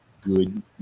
good